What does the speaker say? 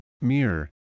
mirror